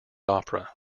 opera